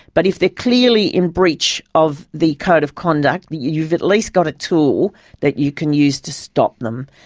but if they're clearly in breach of the code of conduct, you've at least got a tool that you can use to stop them.